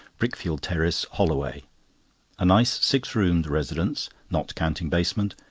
brickfield terrace, holloway a nice six-roomed residence, not counting basement,